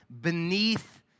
beneath